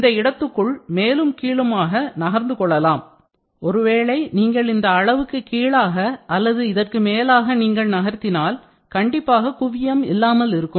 இந்த இடத்துக்குள் மேலும் கீழுமாக நகர்ந்து கொள்ளலாம் ஒருவேளை நீங்கள் இந்த அளவுக்கு கீழாக அல்லது இதற்கு மேலாக நீங்கள் நகர்த்தினால் கண்டிப்பாக குவியம் இல்லாமலிருக்கும்